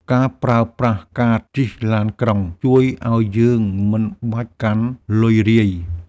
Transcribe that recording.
ការប្រើប្រាស់កាតជិះឡានក្រុង ជួយឱ្យយើងមិនបាច់កាន់លុយរាយ។